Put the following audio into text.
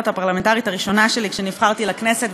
הפרלמנטרית הראשונה שלי כשנבחרתי לכנסת.